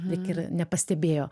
lyg ir nepastebėjo